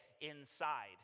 inside